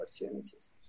opportunities